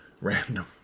random